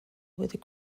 with